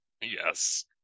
yes